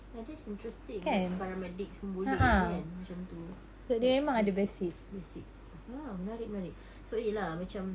ya that's interesting like paramedics pun boleh kan macam tu like basic basic ah menarik menarik so ya lah macam